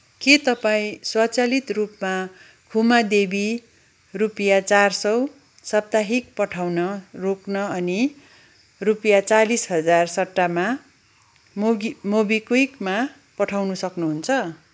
के तपाईँ स्वचालित रूपमा खुमा देवी रुपियाँ चार सौ साप्ताहिक पठाउन रोक्न अनि रुपियाँ चालिस हजार सट्टामा मोबि मोबिक्विकमा पठाउनु सक्नुहुन्छ